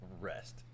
rest